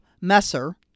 Messer